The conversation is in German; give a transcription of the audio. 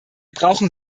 brauchen